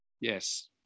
Yes